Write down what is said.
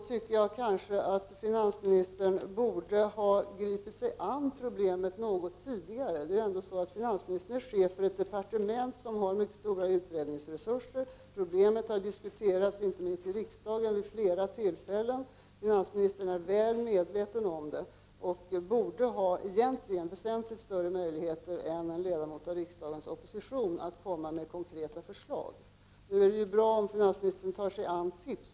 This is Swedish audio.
Herr talman! Då borde finansministern ha gripit sig an problemet något tidigare. Finansministern är ändå chef för ett departement som har mycket stora utredningsresurser. Problemet har diskuterats inte minst i riksdagen vid flera tillfällen, och finansministern är väl medveten om problemet. Han borde egentligen ha väsentligt större möjligheter än en ledamot som tillhör riksdagens opposition att komma med konkreta förslag. Det är bra om finansministern tar sig an tips.